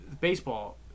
Baseball